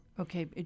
Okay